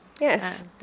Yes